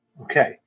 Okay